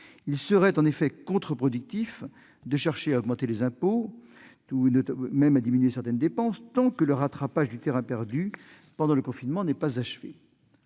Il serait contre-productif de chercher à augmenter les impôts ou à diminuer certaines dépenses tant que le rattrapage du terrain perdu pendant le confinement n'est pas achevé.